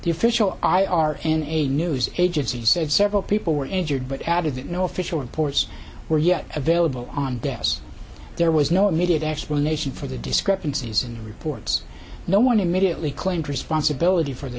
the official i are in a news agency said several people were injured but added that no official reports were yet available on deaths there was no immediate explanation for the discrepancies in the reports no one immediately claimed responsibility for the